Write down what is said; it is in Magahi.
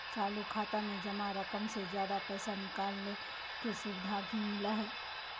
चालू खाता में जमा रकम से ज्यादा पैसा निकालय के सुविधा भी मिलय हइ